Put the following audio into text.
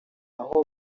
aho